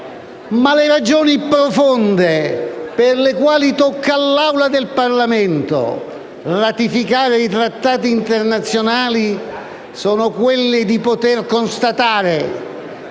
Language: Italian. ma le ragioni profonde per le quali tocca all'Aula del Parlamento ratificare i trattati internazionali sono quelle di poter constatare